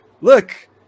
look